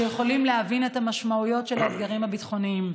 יכולים להבין את המשמעויות של האתגרים הביטחוניים.